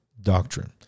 doctrine